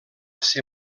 ser